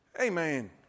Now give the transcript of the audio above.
Amen